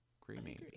creamy